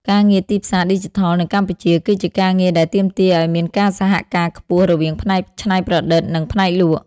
ការងារទីផ្សារឌីជីថលនៅកម្ពុជាគឺជាការងារដែលទាមទារឱ្យមានការសហការខ្ពស់រវាងផ្នែកច្នៃប្រឌិត និងផ្នែកលក់។